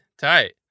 tight